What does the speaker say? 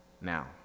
now